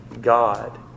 God